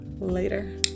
later